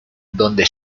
donde